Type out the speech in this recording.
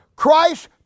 Christ